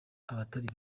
abatari